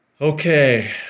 Okay